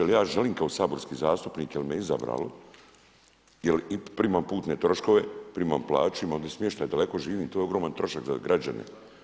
Ali ja želim kao saborski zastupnik, jer me izabralo, jer primam putne troškove, primam plaću, imam ovdje smještaj jer daleko živim, to je ogroman trošak za građane.